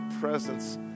presence